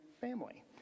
family